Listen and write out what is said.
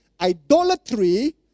idolatry